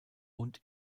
und